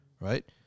right